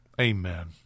Amen